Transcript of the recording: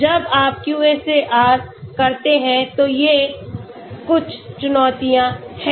जब आप QSAR करते हैं तो ये कुछ चुनौतियाँ हैं